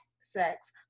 sex